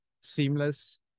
seamless